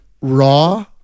raw